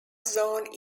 zone